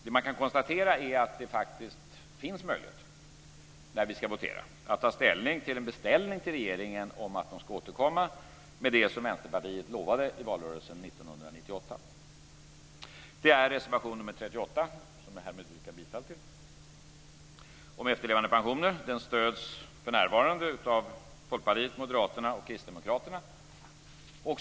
Det man kan konstatera är att det faktiskt finns möjlighet när vi ska votera att ta ställning till en beställning till regeringen att den ska återkomma med det som Vänsterpartiet lovade i valrörelsen år 1998. Det är reservation nr 38, som jag härmed yrkar bifall till, om efterlevandepensioner. Den stöds för närvarande av Folkpartiet, Moderaterna och Kristdemokraterna.